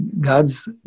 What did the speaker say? God's